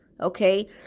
okay